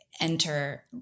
enter